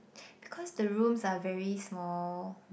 because the rooms are very small